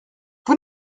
vous